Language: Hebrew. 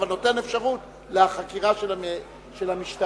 ואתה נותן אפשרות לחקירה של המשטרה,